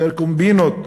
יותר קומבינות,